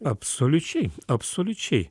absoliučiai absoliučiai